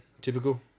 Typical